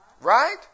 right